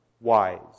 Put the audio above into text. wise